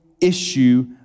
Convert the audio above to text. issue